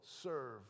serve